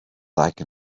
black